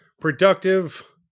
productive